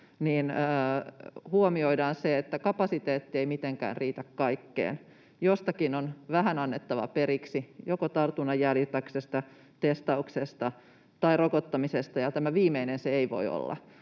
välttääkin, kapasiteetti ei mitenkään riitä kaikkeen. Jostakin on vähän annettava periksi, joko tartunnanjäljityksestä, testauksesta tai rokottamisesta, ja tämä viimeinen se ei voi olla.